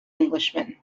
englishman